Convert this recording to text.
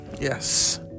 yes